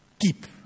keep